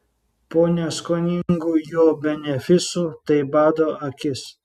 po neskoningų jo benefisų tai bado akis